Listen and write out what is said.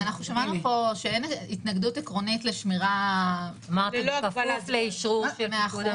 שמענו פה שאין התנגדות עקרונית לשמירה --- ללא הגבלת זמן.